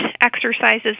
exercises